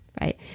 Right